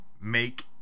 make